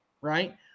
right